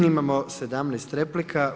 Imamo 17 replika.